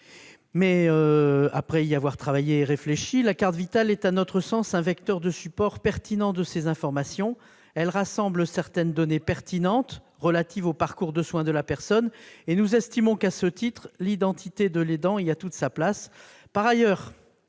mais, après avoir travaillé et y avoir réfléchi, il me semble que la carte Vitale est un vecteur de support pertinent pour ces informations. Elle rassemble certaines données pertinentes relatives au parcours de soins de la personne. Nous estimons que, à ce titre, l'identité de l'aidant y a toute sa place.